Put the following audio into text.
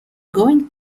going